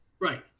Right